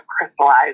crystallized